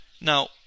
now